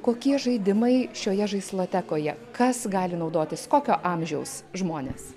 kokie žaidimai šioje žaislotekoje kas gali naudotis kokio amžiaus žmonės